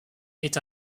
est